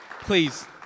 please